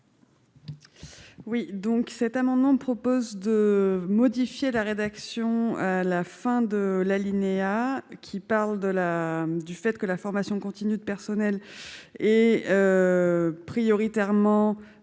Oui, donc, cet amendement propose de modifier la rédaction à la fin de l'alinéa qui parle de la du fait que la formation continue de personnel et prioritairement fait